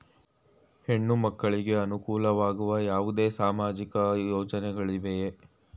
ಹೆಣ್ಣು ಮಕ್ಕಳಿಗೆ ಅನುಕೂಲವಾಗುವ ಯಾವುದೇ ಸಾಮಾಜಿಕ ಯೋಜನೆಗಳಿವೆಯೇ?